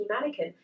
mannequin